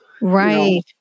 Right